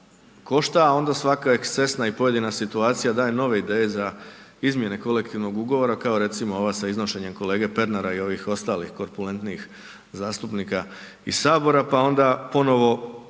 košta, a onda svaka ekscesna i pojedina situacija daje nove ideje za izmjene Kolektivnog ugovora, kao recimo ova sa iznošenjem kolege Pernara i ovih ostalih korpulentnijih zastupnika iz Sabora, pa onda ponovno